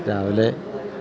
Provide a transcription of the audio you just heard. രാവിലെ